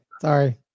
Sorry